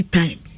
time